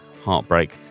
heartbreak